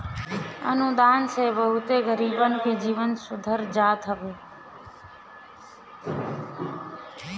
अनुदान से बहुते गरीबन के जीवन सुधार जात हवे